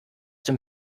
dem